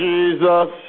Jesus